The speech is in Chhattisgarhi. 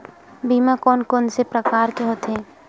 बीमा कोन कोन से प्रकार के होथे?